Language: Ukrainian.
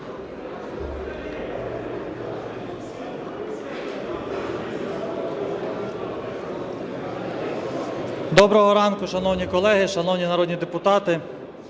Доброго ранку, шановні колеги, шановні народні депутати!